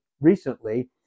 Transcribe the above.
recently